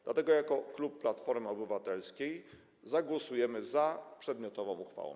Dlatego jako klub Platformy Obywatelskiej zagłosujemy za przedmiotową uchwałą.